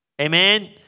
Amen